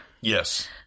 Yes